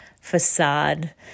facade